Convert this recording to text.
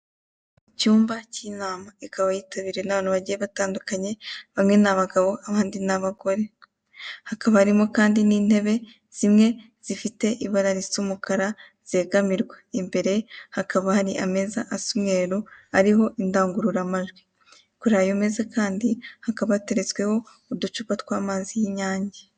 Icyumba k' intama, ikaba yitabiriwe n'abantu bagiye batandukanye; bamwe ni abagabo abandi ni abagore, hakaba harimo kandi n'intebe, zimwe zifite ibara risa umukara zegamwirwa, imbere hakaba hari ameza asa umweru, ariho indangururamajwi, kuri ayo meza kandi hakaba hateretse uducupa tw'amazi y'Inyange.